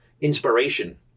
inspiration